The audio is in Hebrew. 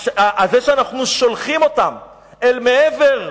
בזה שאנחנו שולחים אותם אל מעבר,